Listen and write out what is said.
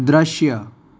દૃશ્ય